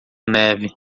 neve